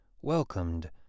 welcomed